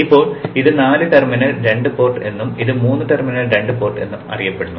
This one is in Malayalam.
ഇപ്പോൾ ഇത് 4 ടെർമിനൽ രണ്ട് പോർട്ട് എന്നും ഇത് 3 ടെർമിനൽ രണ്ട് പോർട്ട് എന്നും അറിയപ്പെടുന്നു